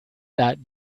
that